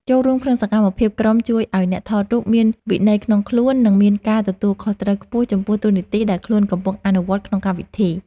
ចូលរួមក្នុងសកម្មភាពក្រុមជួយឱ្យអ្នកថតរូបមានវិន័យក្នុងខ្លួន និង មានការទទួលខុសត្រូវខ្ពស់ចំពោះតួនាទីដែលខ្លួនកំពុងអនុវត្តក្នុងកម្មវិធី។